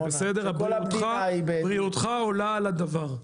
זה בסדר, בריאותך עולה על הדבר.